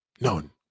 none